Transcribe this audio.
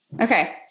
Okay